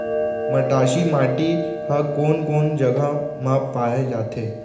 मटासी माटी हा कोन कोन जगह मा पाये जाथे?